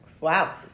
Wow